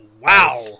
Wow